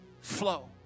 flow